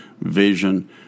vision